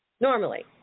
normally